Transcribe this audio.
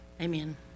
Amen